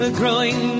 growing